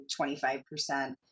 25%